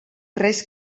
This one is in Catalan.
reis